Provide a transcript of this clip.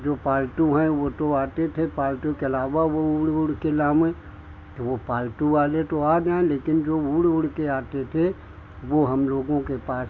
जो पालतू हैं वह तो आते थे पालतू के अलावा वह उड़ उड़ कर लावैं तो वह पालतू वाले तो आ जाएँ लेकिन जो उड़ उड़ कर आते थे वह हम लोगों के पास